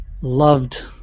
loved